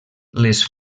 les